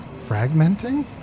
fragmenting